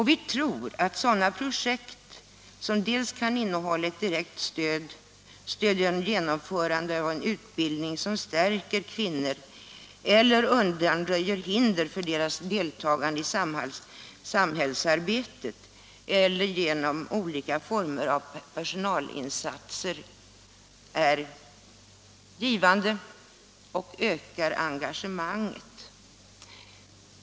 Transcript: Vi tror att sådana projekt som kan innehålla ett direkt ekonomiskt stöd, stöd genom organiserande och genomförande av utbildning som stärker kvinnorna eller undanröjer hinder för deras deltagande i samhällsarbetet eller stöd genom olika former av personalinsatser, är givande och ökar engagemanget.